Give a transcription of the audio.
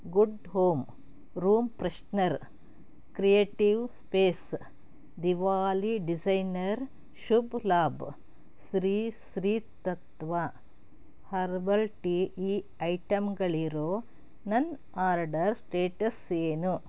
good home room freshener creative space Diwali designer Shubh Labh Shri Shri Tattva herbal tea ಈ ಐಟಂಗಳಿರೋ ನನ್ನ ಆರ್ಡರ್ ಸ್ಟೇಟಸ್ ಏನು